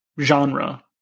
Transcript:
genre